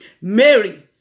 Mary